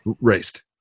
Raced